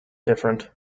different